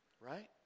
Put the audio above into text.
Right